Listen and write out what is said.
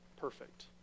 perfect